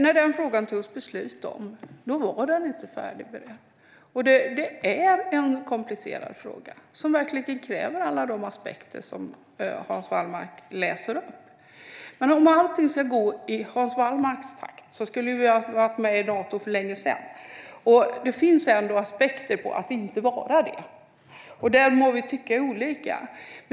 Fru talman! När det togs beslut om den frågan var den inte färdigberedd. Det är en komplicerad fråga som verkligen kräver att alla de aspekter som Hans Wallmark läser upp beaktas. Men om allting skulle gå i Hans Wallmarks takt skulle vi ha gått med i Nato för länge sedan. Det finns ändå aspekter som talar för att inte göra det. Där må vi tycka olika.